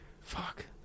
Fuck